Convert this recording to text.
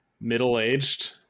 middle-aged